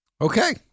Okay